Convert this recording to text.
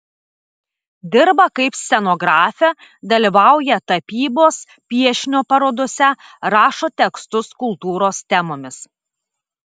dirba kaip scenografė dalyvauja tapybos piešinio parodose rašo tekstus kultūros temomis